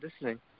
listening